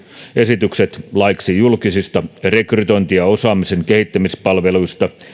esitykset laiksi julkisista rekrytointi ja osaamisen kehittämispalveluista